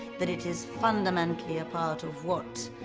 that it is fundamentally a part of what,